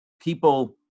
people